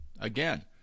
Again